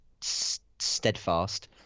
steadfast